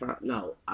no